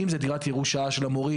אם זו דירת ירושה של המוריש,